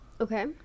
Okay